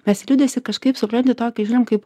mes liūdesį kažkaip supranti tokį žinom kaip